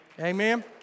Amen